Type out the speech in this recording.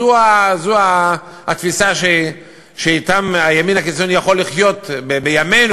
זו התפיסה שאתה הימין הקיצוני יכול לחיות בימינו,